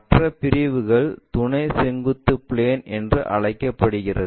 மற்ற பிரிவுகள் துணை செங்குத்து பிளேன் என்று அழைக்கப்படுகின்றன